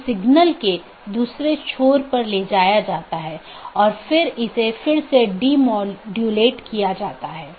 तो AS के भीतर BGP का उपयोग स्थानीय IGP मार्गों के विज्ञापन के लिए किया जाता है